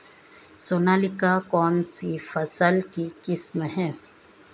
सोनालिका कौनसी फसल की किस्म है?